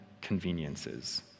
conveniences